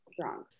drunk